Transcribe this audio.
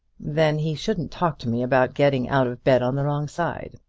then he shouldn't talk to me about getting out of bed on the wrong side.